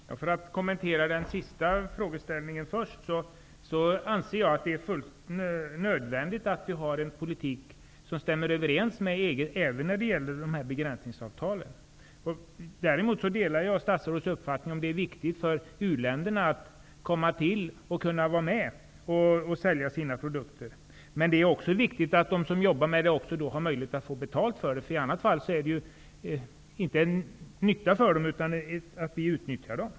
Herr talman! För att kommentera den sista frågeställningen först anser jag att det är fullt ut nödvändigt att vi har en politik som stämmer överens med EG även när det gäller begränsningsavtalen. Däremot delar jag statsrådets uppfattning att det är viktigt för u-länderna att kunna vara med och sälja sina produkter. Men det är också viktigt att de som jobbar med detta har möjlighet att få betalt. I annat fall är det inte en nytta för dem, utan innebär att vi utnyttjar dem.